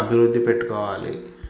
అభివృద్ధి చేసుకోవాలి